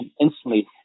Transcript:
instantly